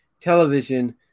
television